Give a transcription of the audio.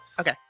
okay